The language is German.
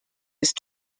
ist